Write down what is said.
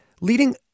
leading